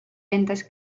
endas